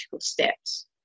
steps